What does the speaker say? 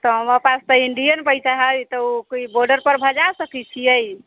तऽ हमरा पास तऽ इंडियन पैसा हइ तऽ ओ कोइ बॉर्डरपर भजा सकैत छियै